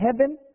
heaven